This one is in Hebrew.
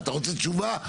רגע, אתה רוצה תשובה?